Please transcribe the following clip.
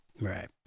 Right